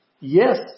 Yes